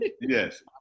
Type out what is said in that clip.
Yes